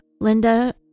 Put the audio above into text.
Linda